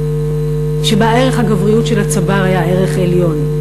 שבה ערך הגבריות של הצבר היה ערך עליון,